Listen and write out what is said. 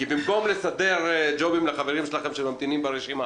כי במקום לסדר ג'ובים לחברים שלכם שממתינים ברשימה